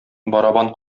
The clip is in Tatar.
барабан